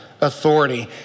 authority